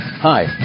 Hi